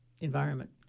environment